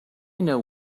know